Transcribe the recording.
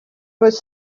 was